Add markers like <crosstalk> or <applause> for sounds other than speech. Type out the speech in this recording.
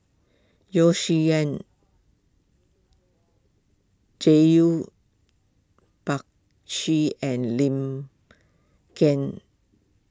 Yeo Shih Yun <unintelligible> Prakash and Lim Kiang